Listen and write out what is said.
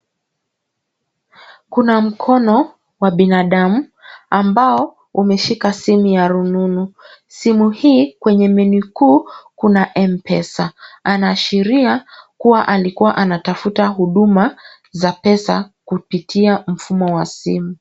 Kuna mkono wa binadamu ambao umeshika simu ya rununu. Simu hii kwenye menu kuu kuna M-Pesa, anaashiria kuwa alikuwa anatafuta huduma za pesa kupitia mfumo wa simu.